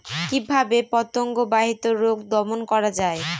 কিভাবে পতঙ্গ বাহিত রোগ দমন করা যায়?